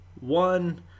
one